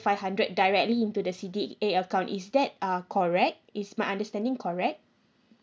five hundred directly into the C_D_A account is that uh correct is my understanding correct